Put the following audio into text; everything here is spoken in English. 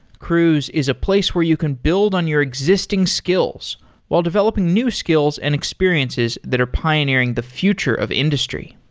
cruise is a place where you can build on your existing skills while developing new skills and experiences that are pioneering the future of industry.